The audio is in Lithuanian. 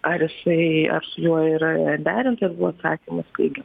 ar jisai ar su juo yra derinta ir buvo atsakymas teigia